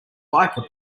biker